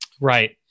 Right